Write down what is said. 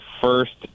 first